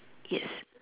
yes